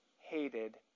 hated